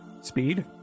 Speed